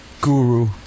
Guru